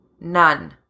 None